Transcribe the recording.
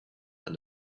and